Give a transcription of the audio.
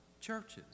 churches